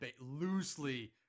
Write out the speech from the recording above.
loosely